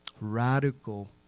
radical